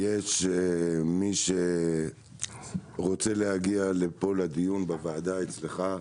שיש מי שרוצה להגיע לפה לדיון בוועדה, אצלך,